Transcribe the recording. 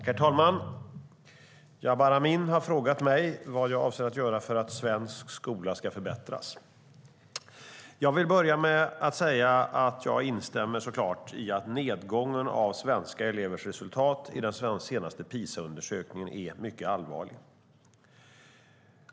Herr talman! Jabar Amin har frågat mig vad jag avser att göra för att svensk skola ska förbättras. Jag vill börja med att säga att jag såklart instämmer i att nedgången av svenska elevers resultat i den senaste PISA-undersökningen är mycket allvarlig.